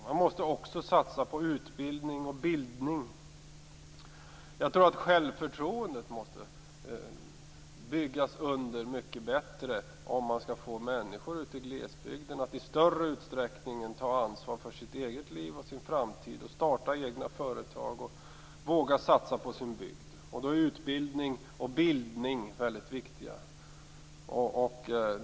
Man måste också satsa på utbildning och bildning. Självförtroendet måste underbyggas mycket bättre om man skall få människor i glesbygd att i större utsträckning ta ansvar för sitt eget liv och för sin framtida utveckling, starta egna företag och våga satsa på sin bygd. Då är utbildning och bildning väldigt viktiga.